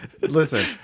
Listen